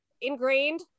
ingrained